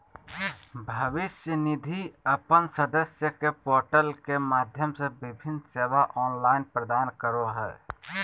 भविष्य निधि अपन सदस्य के पोर्टल के माध्यम से विभिन्न सेवा ऑनलाइन प्रदान करो हइ